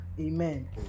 Amen